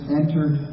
entered